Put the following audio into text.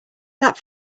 that